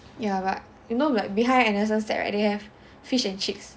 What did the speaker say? ya but you know like behind anderson sec right they have fish and chips